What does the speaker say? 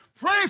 Pray